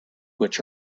which